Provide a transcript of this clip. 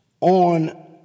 on